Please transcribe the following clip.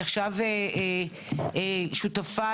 עופר,